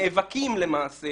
נאבקים למעשה